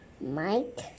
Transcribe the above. Mike